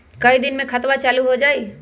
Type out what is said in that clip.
कई दिन मे खतबा चालु हो जाई?